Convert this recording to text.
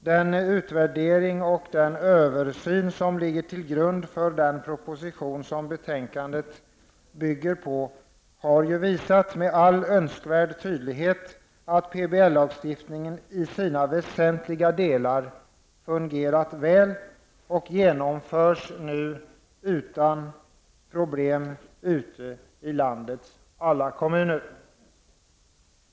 Den utvärdering och översyn som ligger till grund för den proposition som betänkandet bygger på har med all önskvärd tydlighet visat att PBL lagstiftningen i sina väsentliga delar fungerar väl och att intentionerna med lagen nu genomförs utan problem ute i landets alla kommuner.